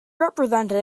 represented